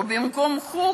או במקום חוג,